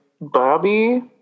bobby